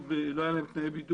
אני בשקף האחרון.